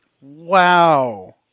wow